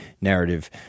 narrative